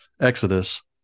Exodus